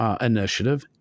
initiative